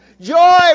Joy